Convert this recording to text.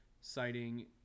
Citing